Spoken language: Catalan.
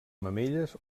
mamelles